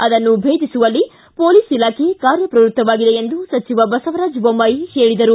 ಅದನ್ನು ಭೇದಿಸುವಲ್ಲಿ ಮೊಲೀಸ್ ಇಲಾಖೆ ಕಾರ್ಯಪ್ರವೃತ್ತವಾಗಿದೆ ಎಂದು ಸಚಿವ ಬಸವರಾಜ್ ಬೊಮ್ಲಾಯಿ ಹೇಳಿದರು